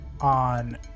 on